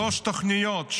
שלוש תוכניות,